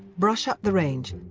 brush up the range.